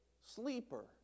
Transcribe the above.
sleeper